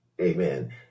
Amen